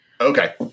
Okay